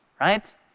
Right